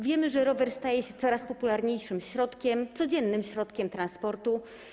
Wiemy, że rower staje się coraz popularniejszym, codziennym środkiem transportu.